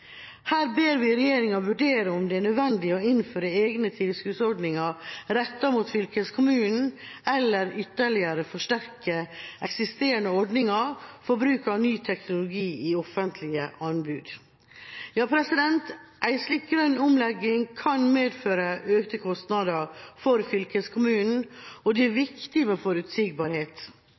Her ber vi regjeringa vurdere om det er nødvendig å innføre egne tilskuddsordninger rettet mot fylkeskommunen eller ytterligere forsterke eksisterende ordninger for bruk av ny teknologi i offentlige anbud. Ja, en slik grønn omlegging kan medføre økte kostnader for fylkeskommunen, og det er